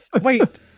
Wait